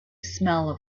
smell